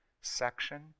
section